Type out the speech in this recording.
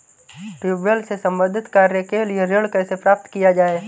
Tubewell से संबंधित कार्य के लिए ऋण कैसे प्राप्त किया जाए?